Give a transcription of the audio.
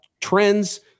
trends